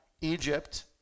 Egypt